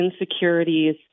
insecurities